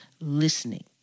listening